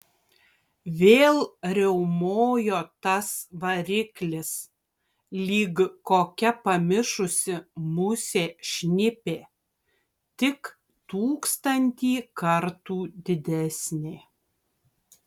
vėl riaumojo tas variklis lyg kokia pamišusi musė šnipė tik tūkstantį kartų didesnė